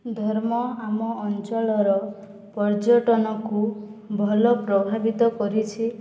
ଧର୍ମ ଆମ ଅଞ୍ଚଳର ପର୍ଯ୍ୟଟନକୁ ଭଲ ପ୍ରଭାବିତ କରିଛି